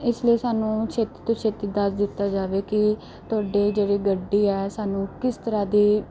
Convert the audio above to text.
ਇਸ ਲਈ ਸਾਨੂੰ ਛੇਤੀ ਤੋਂ ਛੇਤੀ ਦੱਸ ਦਿੱਤਾ ਜਾਵੇ ਕਿ ਤੁਹਾਡੇ ਜਿਹੜੀ ਗੱਡੀ ਆ ਸਾਨੂੰ ਕਿਸ ਤਰ੍ਹਾਂ ਦੀ